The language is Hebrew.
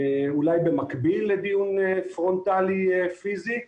אולי במקביל לדיון פרונטלי פיסי.